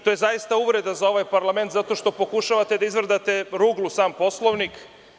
To je zaista uvreda za ovaj parlament, zato što pokušavate da izvrdate ruglu sam Poslovnik.